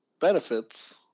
benefits